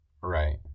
Right